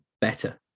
better